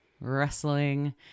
wrestling